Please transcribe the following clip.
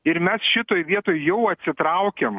ir mes šitoj vietoj jo atsitraukiam